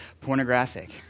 pornographic